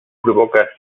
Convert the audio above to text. provoca